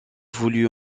voulut